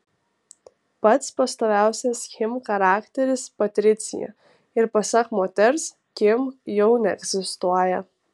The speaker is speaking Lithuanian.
pats pastoviausias kim charakteris patricija ir pasak moters kim jau neegzistuoja